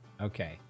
Okay